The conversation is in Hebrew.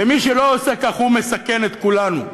מי שלא עושה כך, הוא מסכן את כולנו,